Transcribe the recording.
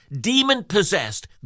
Demon-possessed